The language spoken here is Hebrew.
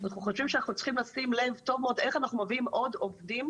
אנחנו חושבים שאנחנו צריכים לשים לב טוב מאוד איך אנחנו מביאים עוד עובדים